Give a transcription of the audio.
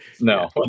no